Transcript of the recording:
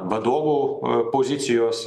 vadovų pozicijos